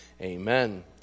Amen